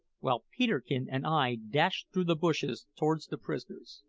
while peterkin and i dashed through the bushes towards the prisoners.